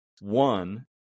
One